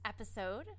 episode